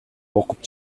окуп